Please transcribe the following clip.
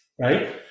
right